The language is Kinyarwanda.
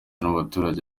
n’abaturage